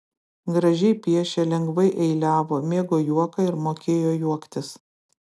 gražiai piešė lengvai eiliavo mėgo juoką ir mokėjo juoktis